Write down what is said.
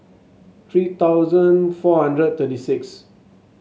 three thousand four hundred thirty six